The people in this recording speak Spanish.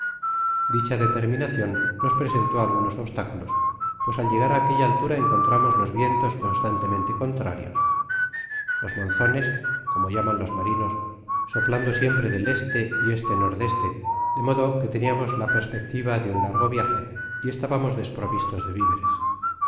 dicha determinacion nos presentó algunos obstáculos pues al llegar á aquella altura encontramos los vientos constantemente contrarios los monzon como llaman los ma rinos soplando siempre del e y e n e de modo que teniamos la perspectiva de un largo viaje y estabamos desprovistos de viveres